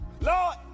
Lord